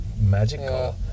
magical